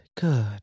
good